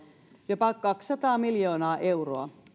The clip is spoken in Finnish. jopa kaksisataa miljoonaa euroa